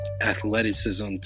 athleticism